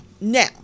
Now